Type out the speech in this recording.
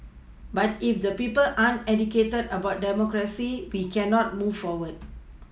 but if the people aren't educated about democracy we cannot move forward